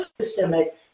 systemic